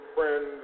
Friend